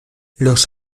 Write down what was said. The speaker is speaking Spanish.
los